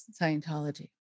Scientology